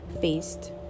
faced